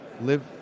live